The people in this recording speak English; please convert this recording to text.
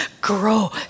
grow